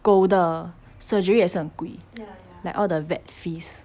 狗的 surgery 也是很贵 like all the vet fees